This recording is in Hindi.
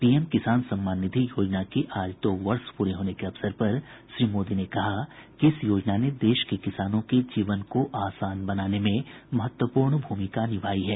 पीएम किसान सम्मान निधि योजना के आज दो वर्ष पूरे होने के अवसर पर श्री मोदी ने कहा कि इस योजना ने देश के किसानों के जीवन को आसान बनाने में महत्वपूर्ण भूमिका निभाई है